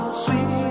sweet